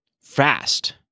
fast